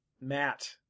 Matt